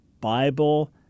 Bible